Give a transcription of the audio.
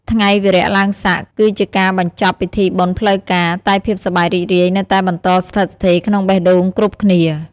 ថ្ងៃវារៈឡើងស័កគឺជាការបញ្ចប់ពិធីបុណ្យផ្លូវការ តែភាពសប្បាយរីករាយនៅតែបន្តស្ថិតស្ថេរក្នុងបេះដូងគ្រប់គ្នា។